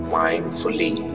mindfully